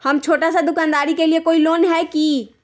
हम छोटा सा दुकानदारी के लिए कोई लोन है कि?